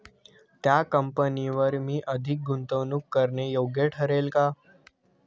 त्या कंपनीवर मी अधिक गुंतवणूक करणे योग्य ठरेल का?